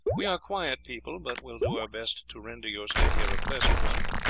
we are quiet people, but will do our best to render your stay here a pleasant one.